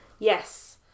Yes